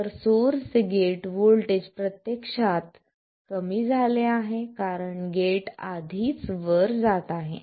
तर source gate voltage प्रत्यक्षात कमी झाले आहे कारण गेट आधीच वर जात आहे